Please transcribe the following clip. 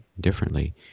differently